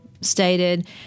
Stated